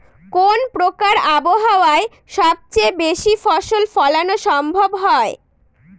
কোন প্রকার আবহাওয়ায় সবচেয়ে বেশি ফসল ফলানো সম্ভব হয়?